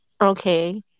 Okay